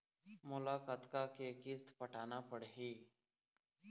मोला कतका के किस्त पटाना पड़ही?